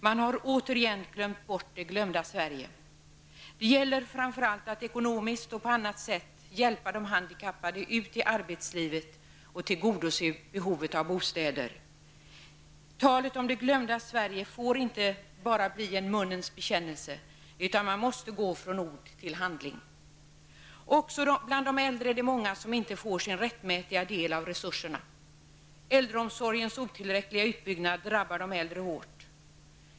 Man har återigen glömt bort det glömda Sverige. Det gäller framför allt att ekonomiskt och på annat sätt hjälpa de handikappade ut i arbetslivet och tillgodose behovet av bostäder. Talet om det glömda Sverige får inte bara bli en munnens bekännelse, utan man måste gå från ord till handling. Också bland de äldre är det många som inte får sin rättmätiga del av resurserna. Äldreomsorgens otillräckliga utbyggnad drabbar de äldre hårt.